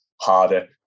harder